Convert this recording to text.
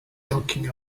talking